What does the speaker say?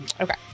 Okay